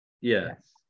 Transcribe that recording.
yes